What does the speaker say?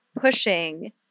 pushing